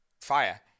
fire